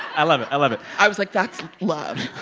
i love it. i love it i was like, that's love